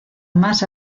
más